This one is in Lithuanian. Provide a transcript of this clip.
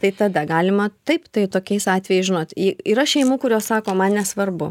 tai tada galima taip tai tokiais atvejais žinot į yra šeimų kurios sako man nesvarbu